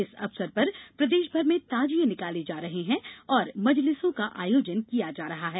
इस अवसर पर प्रदेशभर में ताजिए निकाले जा रहे हैं और मजलिसों का आयोजन किया जा रहा है